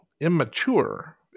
immature